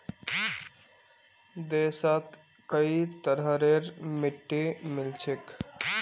देशत कई तरहरेर मिट्टी मिल छेक